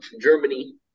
Germany